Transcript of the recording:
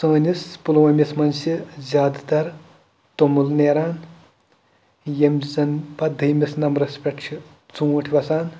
سٲنِس پُلوٲمِس منٛز چھِ زیادٕ تر توٚمُل نیران یِم زَن پَتہٕ دٔیمِس نمبرَس پٮ۪ٹھ چھِ ژوٗںٛٹھۍ وَسان